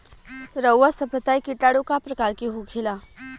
रउआ सभ बताई किटाणु क प्रकार के होखेला?